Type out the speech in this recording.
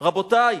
רבותי,